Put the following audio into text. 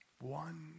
One